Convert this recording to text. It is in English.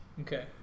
Okay